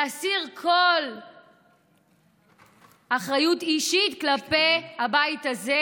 להסיר כל אחריות אישית כלפי הבית הזה,